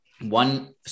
one